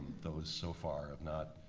those so far have not